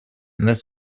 this